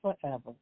forever